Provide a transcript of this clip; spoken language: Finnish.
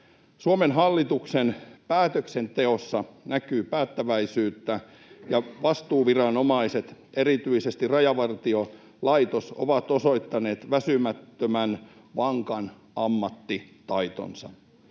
Suomen hallituksen päätöksenteossa näkyy päättäväisyyttä, ja vastuuviranomaiset, erityisesti Rajavartiolaitos, ovat osoittaneet väsymättömän vankan ammattitaitonsa.